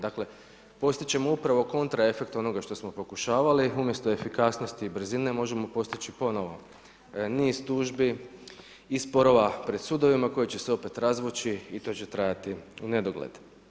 Dakle, postit ćemo upravo kontra efekt onoga što smo pokušavali umjesto efikasnosti i brzine možemo postići ponovo niz tužbi i sporova pred sudovima koji će se opet razvući i to će trajati u nedogled.